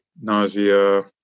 nausea